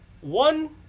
One